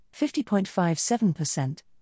50.57%